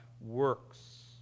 works